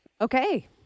Okay